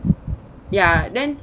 ya then